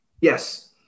Yes